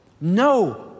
No